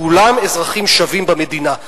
כולם אזרחים שווים במדינה.